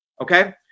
okay